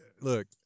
look